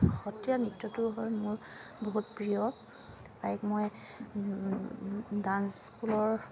সত্ৰীয়া নৃত্যটো হ'ল মোৰ বহুত প্ৰিয় লাইক মই ডান্স স্কুলৰ